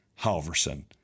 Halverson